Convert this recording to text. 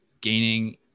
gaining